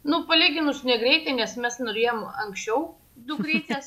nu palyginus negreitai nes mes norėjom anksčiau dukrytės